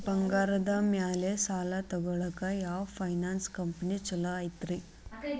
ಬಂಗಾರದ ಮ್ಯಾಲೆ ಸಾಲ ತಗೊಳಾಕ ಯಾವ್ ಫೈನಾನ್ಸ್ ಕಂಪನಿ ಛೊಲೊ ಐತ್ರಿ?